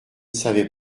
savais